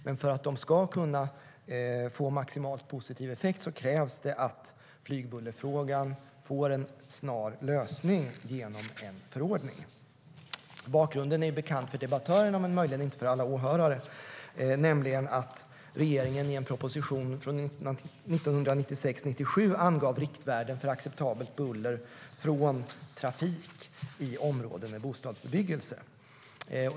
Men för att de ska kunna få maximalt positiv effekt krävs det att flygbullerfrågan får en snar lösning genom en förordning. Bakgrunden är bekant för debattörerna men möjligen inte för alla åhörare. I en proposition från 1996/97 angav regeringen riktvärden för acceptabelt buller från trafik i områden med bostadsbebyggelse.